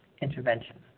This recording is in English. interventions